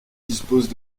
disposent